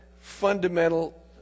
fundamental